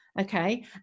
Okay